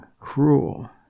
cruel